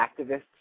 activists